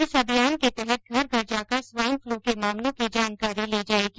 इस अभियान के तहत घर घर जाकर स्वाईन फ्लू के मामलों की जानकारी ली जायेगी